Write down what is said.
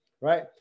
right